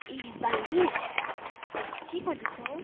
ए बारमित के गर्दैछौ